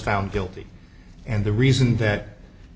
found guilty and the reason that